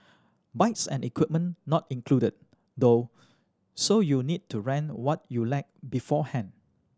bikes and equipment not included though so you'll need to rent what you lack beforehand